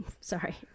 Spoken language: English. Sorry